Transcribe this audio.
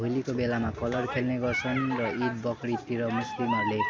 होलीको बेलामा कलर खेल्ने गर्छन् र इद बकरिदतिर मुस्लिमहरूले